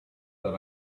that